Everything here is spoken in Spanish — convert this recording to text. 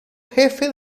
jefe